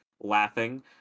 Laughing